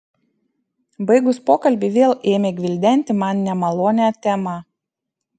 baigus pokalbį vėl ėmė gvildenti man nemalonią temą